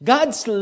God's